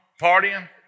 partying